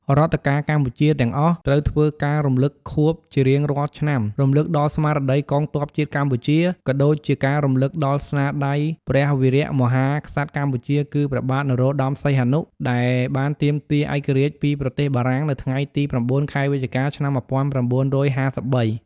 រដ្ឋការកម្ពុជាទាំងអស់ត្រូវធ្វើការរំលឹកខួបជារៀងរាល់ឆ្នាំ រំំលឹកដល់ស្មារតីកងទ័ពជាតិកម្ពុជា ក៏ដូចជាការរំលឹកដល់ស្នាដៃព្រះវីរៈមហាក្សត្រកម្ពុជា គឺព្រះបាទនរោត្តមសហនុ ដែលបានទាមទារឯករាជ្យពីប្រទេសបារាំង នៅថ្ងៃទី ៩ ខែវិច្ឆិកា ឆ្នាំ ១៩៥៣ ។